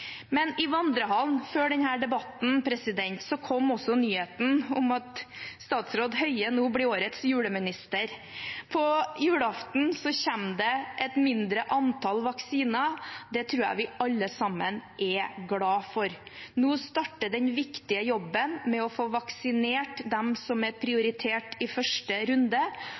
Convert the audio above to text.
I vandrehallen før denne debatten kom også nyheten om at statsråd Høie nå blir årets juleminister. På julaften kommer det et mindre antall vaksiner. Det tror jeg vi alle sammen er glade for. Nå starter den viktig jobben med å få vaksinert dem som er prioritert i første runde,